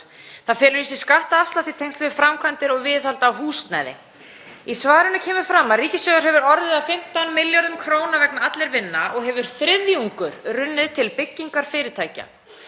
Það felur í sér skattafslátt í tengslum við framkvæmdir og viðhald á húsnæði. Í svarinu kemur fram að ríkissjóður hafi orðið af 15 milljörðum kr. vegna Allir vinna og hefur þriðjungur runnið til byggingarfyrirtækja.